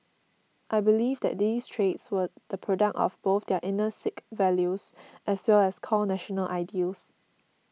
I believe that these traits were the product of both their inner Sikh values as well as core national ideals